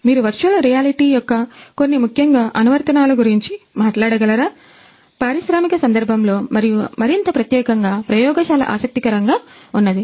మీరు వర్చువల్ రియాలిటీలో మరియు మరింత ప్రత్యేకంగా ప్రయోగశాల ఆసక్తికరం గా ఉన్నది